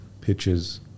pitches